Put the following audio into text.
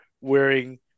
wearing